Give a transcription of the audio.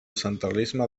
centralisme